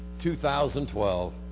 2012